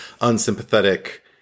unsympathetic